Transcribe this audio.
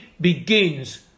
begins